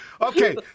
Okay